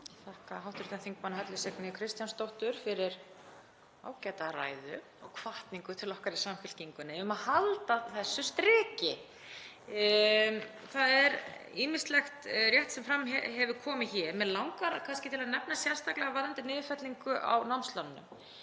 þakka hv. þm. Höllu Signýju Kristjánsdóttur fyrir ágæta ræðu og hvatningu til okkar í Samfylkingunni um að halda þessu striki. Það er ýmislegt rétt sem fram hefur komið hér en mig langar kannski til að nefna sérstaklega niðurfellingu á námslánunum.